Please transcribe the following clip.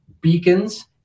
beacons